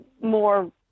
more